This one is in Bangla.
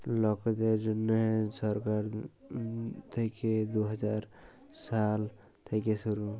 লকদের জ্যনহে সরকার থ্যাইকে দু হাজার পাঁচ সাল থ্যাইকে শুরু